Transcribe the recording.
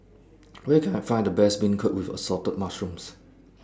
Where Can I Find The Best Beancurd with Assorted Mushrooms